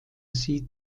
sie